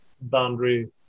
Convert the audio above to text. boundary